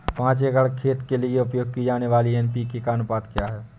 पाँच एकड़ खेत के लिए उपयोग की जाने वाली एन.पी.के का अनुपात क्या है?